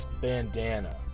bandana